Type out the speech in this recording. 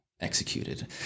executed